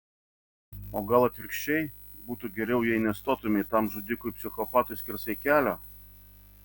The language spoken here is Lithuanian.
o gal atvirkščiai būtų geriau jei nestotumei tam žudikui psichopatui skersai kelio